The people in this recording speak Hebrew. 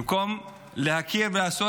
במקום להכיר ולעשות